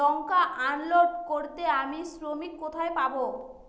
লঙ্কা unload করতে আমি শ্রমিক কোথায় পাবো?